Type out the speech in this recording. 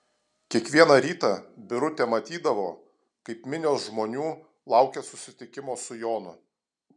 kiekvieną rytą birutė matydavo kaip minios žmonių laukia susitikimo su jonu